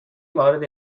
موارد